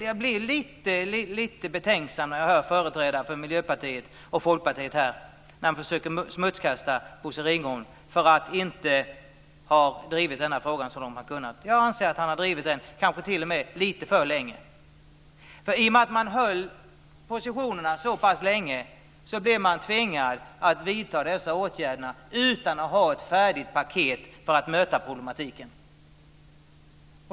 Jag blir lite betänksam när jag hör att företrädare för Miljöpartiet och Folkpartiet här försöker smutskasta Bosse Ringholm för att han inte har drivit denna fråga så långt han har kunnat. Jag anser att han drivit den kanske t.o.m. lite för länge. I och med att man höll positionerna så pass länge blev man tvingad att vidta dessa åtgärder utan att ha ett färdigt paket för att möta problematiken.